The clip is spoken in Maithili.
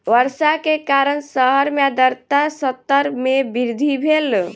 वर्षा के कारण शहर मे आर्द्रता स्तर मे वृद्धि भेल